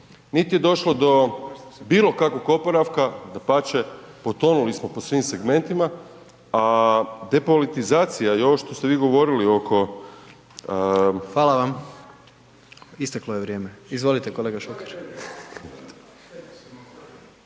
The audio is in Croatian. niti je došlo do bilo kakvog oporavka dapače, potonuli smo po svim segmentima a depolitizacija i ovo što ste vi govorili oko … **Jandroković, Gordan